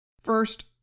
First